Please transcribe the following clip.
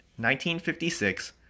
1956